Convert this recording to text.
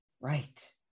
Right